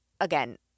again